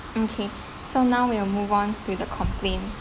okay so now we will move on to the complaint